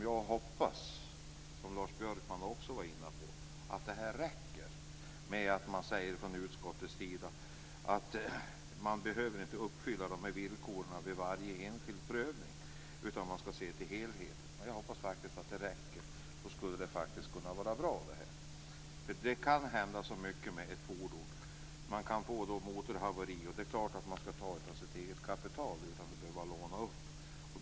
Jag hoppas - även Lars Björkman var inne på detta - att det räcker att utskottet säger att de här villkoren inte behöver uppfyllas vid varje enskild prövning, utan att man skall se till helheten. Jag hoppas verkligen, som sagt, att det räcker, för då skulle det här faktiskt kunna vara någonting bra. Det är ju mycket som kan hända med ett fordon, t.ex. ett motorhaveri. Det är klart att man skall ta av sitt eget kapital och inte behöva låna upp pengar.